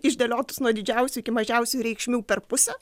išdėliotus nuo didžiausių iki mažiausių reikšmių per pusę